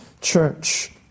Church